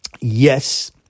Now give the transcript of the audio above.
Yes